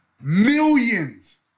millions